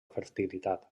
fertilitat